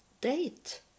Date